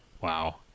wow